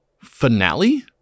finale